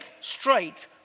straight